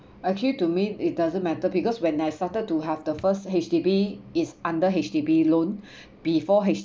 actually to me it doesn't matter because when I started to have the first H_D_B it's under H_D_B loan before H